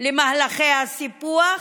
של מהלכי הסיפוח,